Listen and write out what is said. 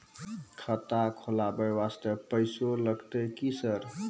खाता खोलबाय वास्ते पैसो लगते की सर?